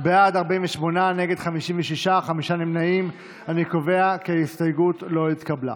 יואב קיש ודוד אמסלם אחרי סעיף 2 לא נתקבלה.